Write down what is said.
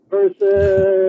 Versus